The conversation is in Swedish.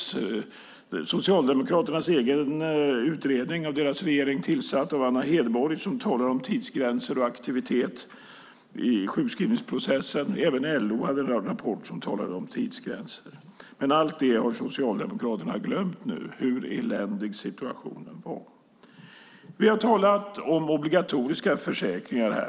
Socialdemokraternas egen utredning har nämnts, tillsatt av deras regering, där Anna Hedborg talade om tidsgränser och aktivitet i sjukskrivningsprocessen. Även LO hade en rapport som talade om tidsgränser. Men allt om hur eländig situationen var har Socialdemokraterna glömt nu. Vi har här talat om obligatoriska försäkringar.